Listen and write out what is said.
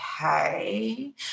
Okay